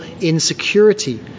insecurity